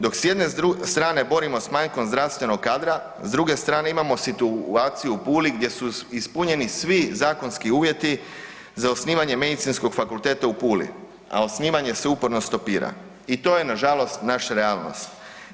Dok s jedne strane borimo s manjkom zdravstvenog kadra s druge strane imamo situaciju u Puli gdje su ispunjeni svi zakonski uvjeti za osnivanje medicinskog fakulteta u Puli, a osnivanje se uporno stopira i to je nažalost naša realnost.